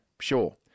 sure